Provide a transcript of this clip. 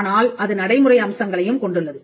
ஆனால் அது நடைமுறை அம்சங்களையும் கொண்டுள்ளது